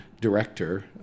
director